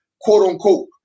quote-unquote